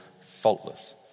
faultless